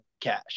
cash